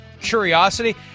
curiosity